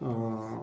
అలా